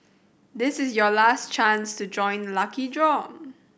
this is your last chance to join the lucky draw